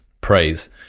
praise